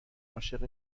عاشق